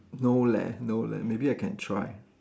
no leh no leh maybe I can try